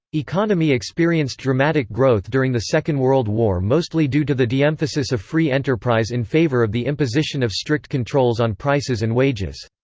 economy experienced dramatic growth during the second world war mostly due to the deemphasis of free enterprise in favor of the imposition of strict controls on prices and wages.